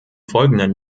folgenden